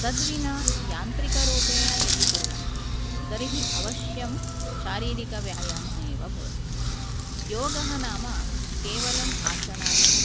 तद्विना यान्त्रिकरुपेण यदि कुर्वन्ति तर्हि अवश्यं शारीरिकव्यायाम एव भवति योगः नाम केवलं आसनानि न